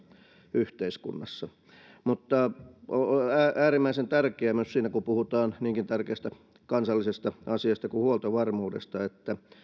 yhteiskunnassa äärimmäisen tärkeää kun puhutaan niinkin tärkeästä kansallisesta asiasta kuin huoltovarmuus on myös se että